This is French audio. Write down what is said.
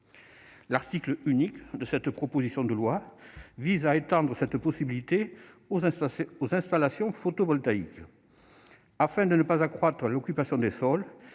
L'article unique de cette proposition de loi vise à étendre cette possibilité aux installations photovoltaïques. Afin de ne pas accroître l'occupation des sols,